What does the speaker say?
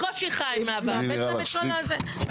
אני נראה לך שחיף?